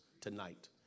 tonight